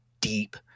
deep